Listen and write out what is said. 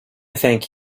thank